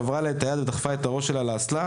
שברה לה את היד ודחפה את ראשה לאסלה.